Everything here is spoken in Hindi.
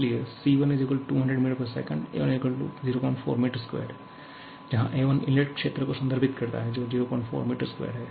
इसलिए C1 200 ms A1 04 m2 जहाँ A1 इनलेट क्षेत्र को संदर्भित करता है जो 04 m2है